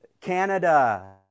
Canada